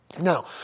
Now